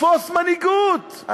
תפוס מנהיגות,